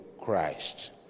Christ